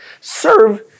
Serve